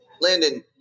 Landon